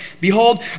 Behold